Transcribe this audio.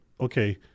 okay